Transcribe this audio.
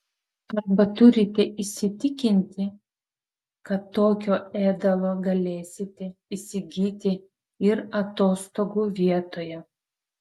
arba turite įsitikinti kad tokio ėdalo galėsite įsigyti ir atostogų vietoje